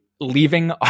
leaving